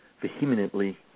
vehemently